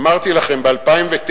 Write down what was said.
אמרתי לכם ב-2009,